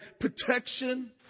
protection